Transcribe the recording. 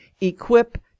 equip